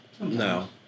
No